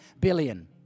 billion